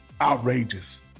outrageous